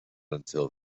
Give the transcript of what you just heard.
until